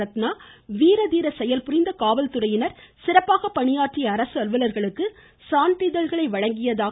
ரத்னா வீரதீர செயல்புரிந்த காவல்துறையினர் சிறப்பாக பணியாற்றிய அரசு அலுவலர்களுக்கு சான்றிதழ்களை வழங்கினார்